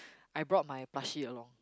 I brought my Plushie along